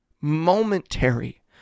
momentary